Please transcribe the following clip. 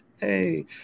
Hey